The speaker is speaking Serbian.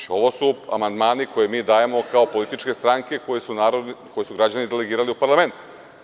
Znači, ovo su amandmani koje mi dajemo kao političke stranke koje su građani delegirali u parlamentu.